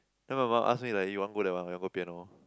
then my mom as me like eh you want to go that one or you want to go piano